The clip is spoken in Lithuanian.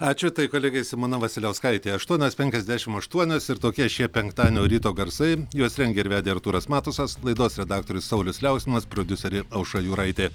ačiū kolegei simona vasiliauskaitė aštuonios penkiasdešim aštuonios ir tokie šie penktadienio ryto garsai juos rengė ir vedė artūras matusas laidos redaktorius saulius liauksminas prodiuserė aušra juraitė